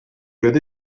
get